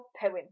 poem